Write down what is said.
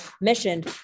mission